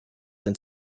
than